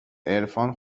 عرفان